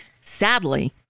Sadly